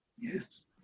Yes